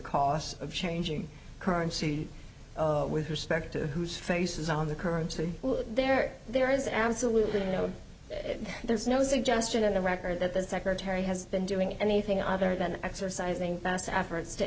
costs of changing currency with respect to whose faces on the currency there there is absolutely no there's no suggestion in the record that the secretary has been doing anything other than exercising best efforts to